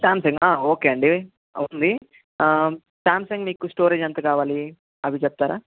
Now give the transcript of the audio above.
Samsung okay అండి ఉంది Samsung మీకు స్టోరేజ్ ఎంత కావాలి అవి చెప్తారా